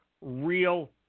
real